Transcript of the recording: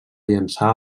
llençar